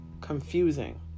confusing